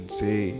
say